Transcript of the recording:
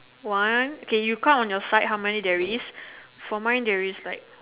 one okay you count on your side how many there is for mine there is like